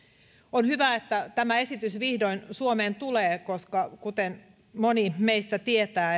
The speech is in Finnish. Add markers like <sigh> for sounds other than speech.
on hyvä että tämä esitys vihdoin suomeen tulee koska kuten moni meistä tietää <unintelligible>